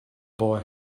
boy